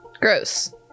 Gross